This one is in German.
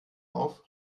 auf